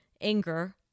anger